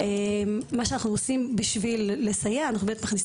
מה שאנחנו עושים בשביל לסייע זה להכניס